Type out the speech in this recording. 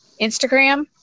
Instagram